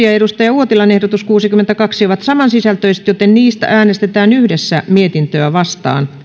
ja toimi kankaanniemen ehdotus seitsemänkymmentä ovat saman sisältöisiä joten niistä äänestetään yhdessä mietintöä vastaan